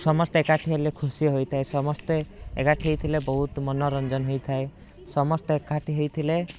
ସମସ୍ତେ ଏକାଠି ହେଲେ ଖୁସି ହୋଇଥାଏ ସମସ୍ତେ ଏକାଠି ହେଇଥିଲେ ବହୁତ ମନୋରଞ୍ଜନ ହୋଇଥାଏ ସମସ୍ତେ ଏକାଠି ହେଇଥିଲେ